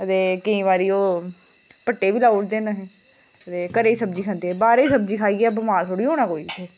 ते केईं बारी ओह् भट्ठे बी लाई ओड़दे न ते घरे दी सब्जी खंदे बाहरै दी खाइयै बमार थोह्ड़े होना कोई